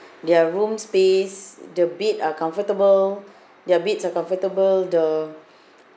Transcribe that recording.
their room space the bed are comfortable their beds are comfortable the